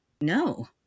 no